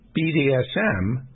bdsm